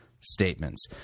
statements